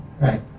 right